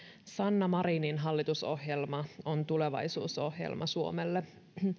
sanna marinin hallitusohjelma on tulevaisuusohjelma suomelle